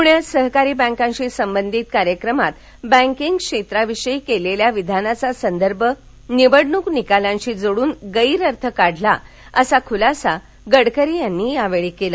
पुण्यात सहकारी बँकांशी संबंधित कार्यक्रमात बँकिंग क्षेत्राविषयी केलेल्या विधानाचा संदर्भ निवडणूक निकालांशी जोडून गैरअर्थ काढला असा खुलासा गडकरी यांनी यावेळी केला